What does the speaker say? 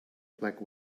black